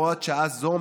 בהוראת שעה זאת,